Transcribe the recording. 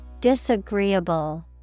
Disagreeable